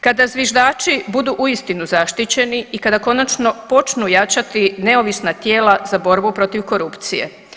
Kada zviždači budu uistinu zaštićeni i kada konačno počnu jačati neovisna tijela za borbu protiv korupcije.